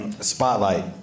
Spotlight